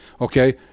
Okay